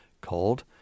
called